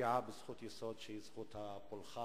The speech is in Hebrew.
יש פגיעה בזכות יסוד שהיא זכות הפולחן,